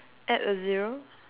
add a zero